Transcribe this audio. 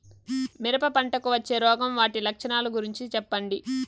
మిరప పంటకు వచ్చే రోగం వాటి లక్షణాలు గురించి చెప్పండి?